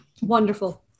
Wonderful